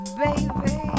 baby